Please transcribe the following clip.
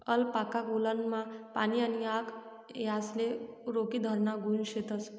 alpaca वुलनमा पाणी आणि आग यासले रोखीधराना गुण शेतस